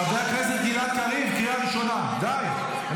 השקרנית הגדולה של